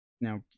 Now